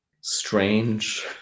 strange